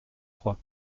trois